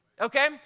Okay